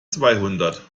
zweihundert